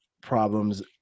problems